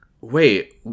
wait